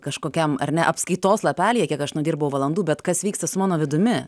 kažkokiam ar ne apskaitos lapelyje kiek aš nudirbau valandų bet kas vyksta su mano vidumi